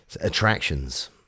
Attractions